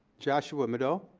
joshua monroe.